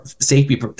safety